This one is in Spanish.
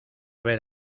ver